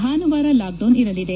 ಭಾನುವಾರ ಲಾಕ್ಡೌನ್ ಇರಲಿದೆ